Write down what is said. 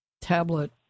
tablet